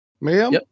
Ma'am